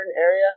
area